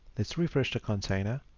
let's refresh the container.